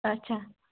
اَچھا